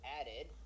added